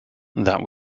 that